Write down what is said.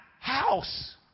house